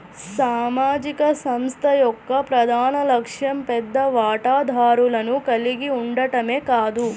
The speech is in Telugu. సామాజిక సంస్థ యొక్క ప్రధాన లక్ష్యం పెద్ద వాటాదారులను కలిగి ఉండటమే కాదు